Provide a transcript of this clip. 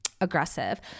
aggressive